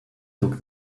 took